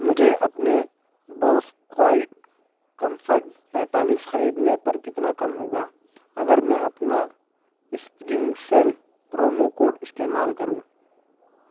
مجھے اپنے Bose quiet comfort پینتالیس خریدنے پر کتنا کم ہوگا اگر میں اپنا اسپرنگ سیل پرومو کوڈ استعمال کروں